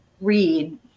Read